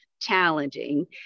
challenging